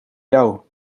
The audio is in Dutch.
jou